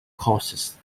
courses